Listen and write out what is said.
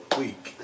week